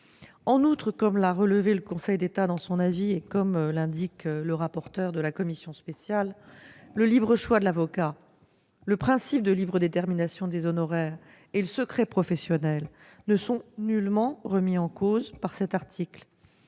En outre, comme l'a relevé le Conseil d'État dans son avis, et comme l'indique le rapporteur de la commission spéciale, le libre choix de l'avocat, le principe de libre détermination des honoraires et le secret professionnel ne sont nullement remis en cause par cet article,